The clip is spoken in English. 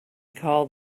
call